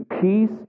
peace